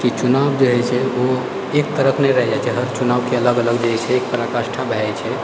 कि चुनाव जे होइत छै ओ एक तरफ नहि रहैत छै चुनाव हर चुनावके अलग अलग जे छै पराकाष्ठा भए जाइत छै